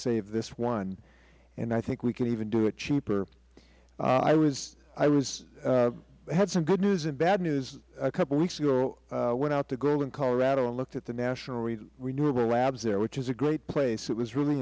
save this one and i think we can even do it cheaper i had some good news and bad news a couple of weeks ago i went out to golden colorado and looked at the national renewable lab there which is a great place it was really